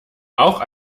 auch